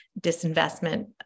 disinvestment